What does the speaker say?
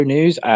News